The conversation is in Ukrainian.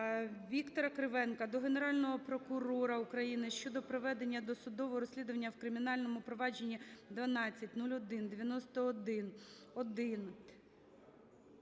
Віктора Кривенка до Генерального прокурора України щодо проведення досудового розслідування в кримінальному провадженні №